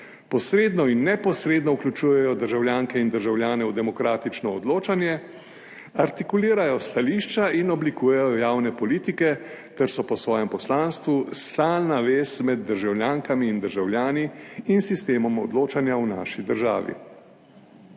posredno in neposredno vključujejo državljanke in državljane v demokratično odločanje, artikulirajo stališča in oblikujejo javne politike ter so po svojem poslanstvu stalna vez med državljankami in državljani in sistemom odločanja v naši državi.